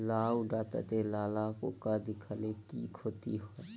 লাউ ডাটাতে লালা পোকা দেখালে কি ক্ষতি হয়?